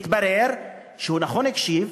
התברר שהוא, נכון, הקשיב,